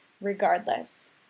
regardless